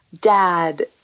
dad